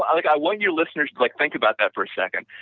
i like i want your listeners to like think about that for a second,